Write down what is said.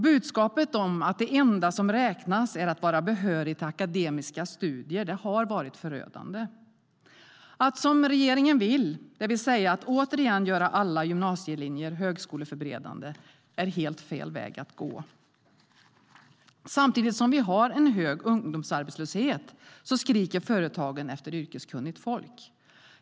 Budskapet om att det enda som räknas är att vara behörig till akademiska studier har varit förödande. Att göra som regeringen vill, det vill säga åter göra alla gymnasielinjer högskoleförberedande, är helt fel väg att gå. Samtidigt som vi har en hög ungdomsarbetslöshet skriker företagen efter yrkeskunnigt folk.